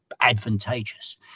advantageous